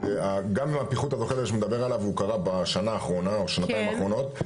גם הפיחות הזוחל שאני מדבר עליו הוא קרה בשנה-שנתיים באחרונות.